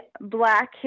Black